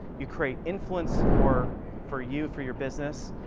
you create influence for for you, for your business,